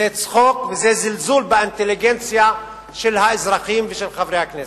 זה צחוק וזה זלזול באינטליגנציה של האזרחים ושל חברי הכנסת.